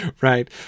right